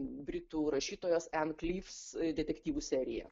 britų rašytojos en klyfs detektyvų seriją